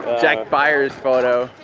jack buyer's photo,